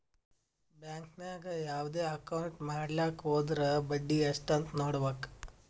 bank ನಾಗ್ ಯಾವ್ದೇ account ಮಾಡ್ಲಾಕ ಹೊದುರ್ ಬಡ್ಡಿ ಎಸ್ಟ್ ಅಂತ್ ನೊಡ್ಬೇಕ